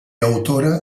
autora